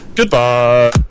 Goodbye